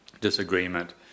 disagreement